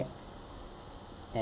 and